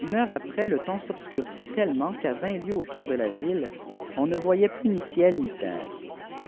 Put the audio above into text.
une heure après le temps s'obscurcit tellement qu'à vingt lieues autour de la ville on ne voyait plus ni ciel ni terre